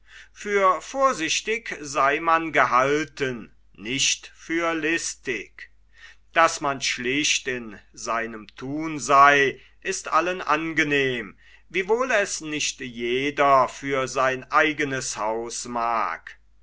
für vorsichtig sei man gehalten nicht für listig daß man schlicht in seinem thun sei ist allen angenehm wiewohl es nicht jeder für sein eigenes haus mag